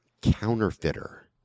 counterfeiter